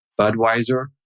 Budweiser